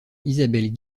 isabelle